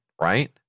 right